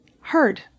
heard